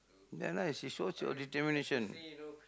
ya lah it shows your determination